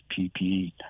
PPE